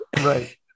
Right